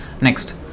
next